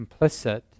complicit